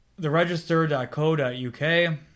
theregister.co.uk